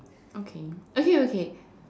okay okay okay